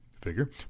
figure